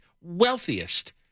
wealthiest